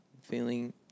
feeling